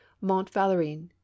Mont-Valerine